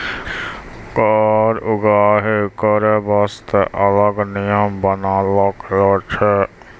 कर उगाही करै बासतें अलग नियम बनालो गेलौ छै